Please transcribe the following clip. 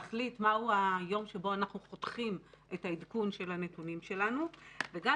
להחליט מהו היום שבו אנחנו פותחים את העדכון של הנתונים שלנו וגם,